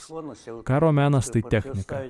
karo menas tai technika